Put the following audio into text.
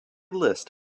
list